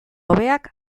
hobeak